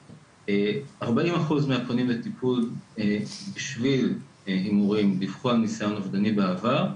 40% מהפונים לטיפול בשביל הימורים דיווחו על ניסיון אובדני בעבר,